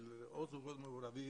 של או זוגות מעורבים,